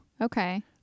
Okay